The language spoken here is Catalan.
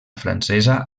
francesa